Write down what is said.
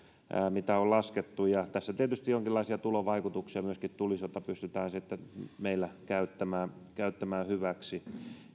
mitä on laskettu ja tässä tietysti jonkinlaisia tulovaikutuksia myöskin tulisi joita pystytään sitten meillä käyttämään käyttämään hyväksi